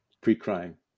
pre-crime